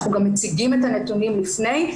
אנחנו גם מציגים את הנתונים לפני,